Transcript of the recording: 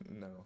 No